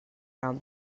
down